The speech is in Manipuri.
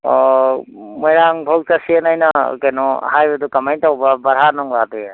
ꯃꯣꯏꯔꯥꯡ ꯐꯥꯎ ꯆꯠꯁꯦꯅ ꯑꯩꯅ ꯀꯩꯅꯣ ꯍꯥꯏꯕꯗꯣ ꯀꯃꯥꯏꯅ ꯇꯧꯕ ꯚꯔꯥ ꯅꯨꯡꯔꯥꯗꯤ